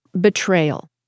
betrayal